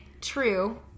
true